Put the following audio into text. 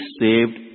saved